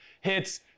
hits